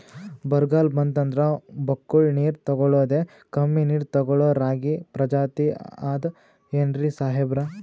ಬರ್ಗಾಲ್ ಬಂತಂದ್ರ ಬಕ್ಕುಳ ನೀರ್ ತೆಗಳೋದೆ, ಕಮ್ಮಿ ನೀರ್ ತೆಗಳೋ ರಾಗಿ ಪ್ರಜಾತಿ ಆದ್ ಏನ್ರಿ ಸಾಹೇಬ್ರ?